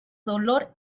dolor